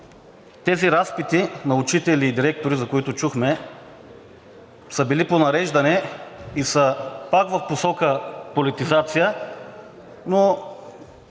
тези разпити на учители и директори, за които чухме, са били по нареждане и са пак в посока на политизация, но